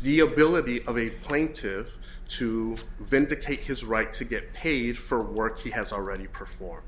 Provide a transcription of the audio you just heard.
the ability of a plaintive to vindicate his right to get paid for work he has already perform